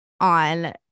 on